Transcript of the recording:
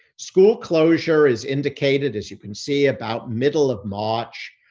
school closure is indicated, as you can see about middle of march.